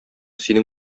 синең